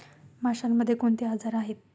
माशांमध्ये कोणते आजार आहेत?